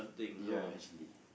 ya actually